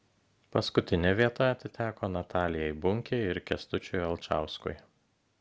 paskutinė vieta atiteko natalijai bunkei ir kęstučiui alčauskui